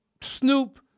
Snoop